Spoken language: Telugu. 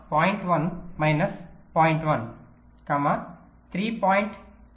1 మైనస్ 0